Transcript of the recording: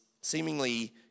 seemingly